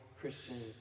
Christian